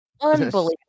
Unbelievable